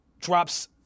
drops